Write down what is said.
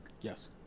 Yes